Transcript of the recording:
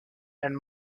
and